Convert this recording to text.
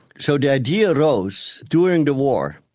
so the idea arose during the war.